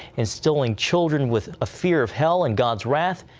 instilling children with a fear of hell and god's wrath,